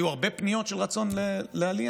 היו הרבה פניות של רצון לעלייה.